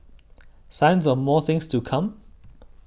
signs of more things to come